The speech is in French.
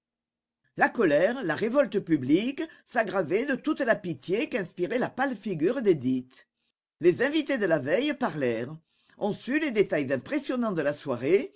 la colère la révolte publique s'aggravaient de toute la pitié qu'inspirait la pâle figure d'édith les invités de la veille parlèrent on sut les détails impressionnants de la soirée